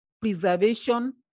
preservation